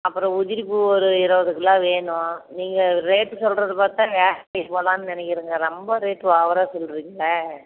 அப்புறம் உதிரிப்பூ ஒரு இருவது கிலோ வேணும் நீங்கள் ரேட்டு சொல்கிறத பார்த்தா வேறு கடைக்கு போகலன்னு நினைக்கிறேங்க ரொம்ப ரேட் ஓவராக சொல்கிறிங்களே